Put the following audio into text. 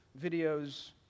videos